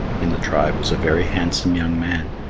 in the tribe was a very handsome young man,